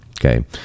Okay